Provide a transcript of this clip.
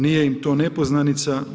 Nije im to nepoznanica.